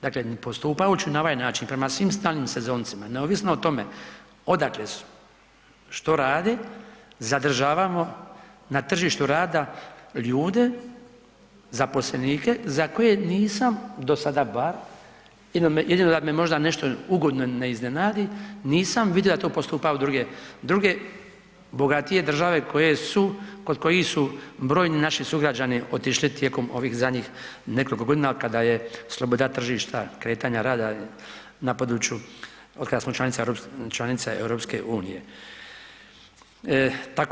Dakle, postupajući na ovaj način prema svim stalnim sezoncima, neovisno tome odakle su, što rade, zadržavamo na tržištu rada ljude, zaposlenike za koje nisam do sada bar, jedino da me možda nešto ugodno ne iznenadi, nisam vidio da to postupaju druge bogatije države kod kojih su brojni naši sugrađani otišli tijekom ovih zadnjih nekoliko godina otkada je sloboda tržišta kretanja rada na području otkad smio članica EU-a.